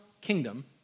kingdom